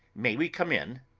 may we come in?